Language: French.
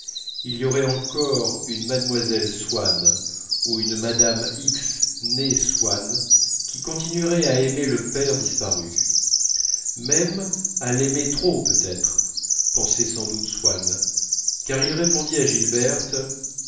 il y aurait encore une mlle swann ou une mme x née swann qui continuerait à aimer le père disparu même à l'aimer trop peut-être pensait sans doute swann car il répondit à gilberte